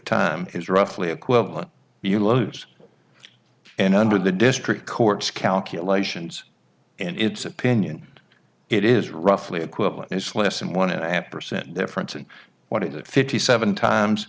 time is roughly equivalent you lose and under the district court's calculations and it's opinion it is roughly equivalent it's less than one and a half percent difference in what it fifty seven times